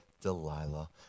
Delilah